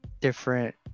different